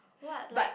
what like